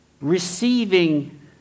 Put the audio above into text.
Receiving